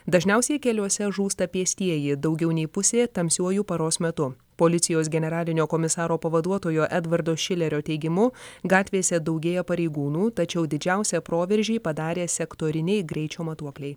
dažniausiai keliuose žūsta pėstieji daugiau nei pusė tamsiuoju paros metu policijos generalinio komisaro pavaduotojo edvardo šilerio teigimu gatvėse daugėja pareigūnų tačiau didžiausią proveržį padarė sektoriniai greičio matuokliai